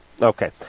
Okay